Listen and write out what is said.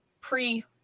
pre